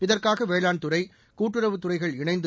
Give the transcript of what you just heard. இதற்காக வேளாண் துறை கூட்டுறவு துறைகள் இணைந்து